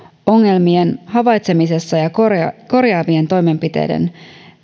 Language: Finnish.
ongelmien havaitsemisessa ja korjaavien korjaavien toimenpiteiden